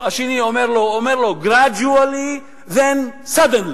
השני אומר לו: gradually, then suddenly.